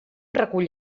recull